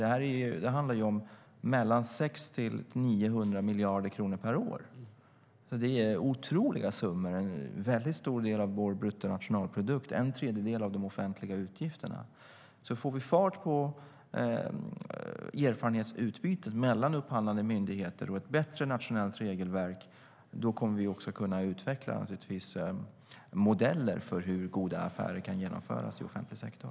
Det handlar ju om mellan 600 och 900 miljarder kronor per år. Det är otroliga summor. Det är en väldigt stor del av vår bruttonationalprodukt, en tredjedel av de offentliga utgifterna. Får vi fart på erfarenhetsutbytet mellan upphandlande myndigheter och ett bättre nationellt regelverk kommer vi också att kunna utveckla modeller för hur goda affärer kan genomföras i offentlig sektor.